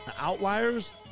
Outliers